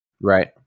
right